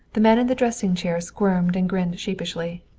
the man in the dressing chair squirmed and grinned sheepishly.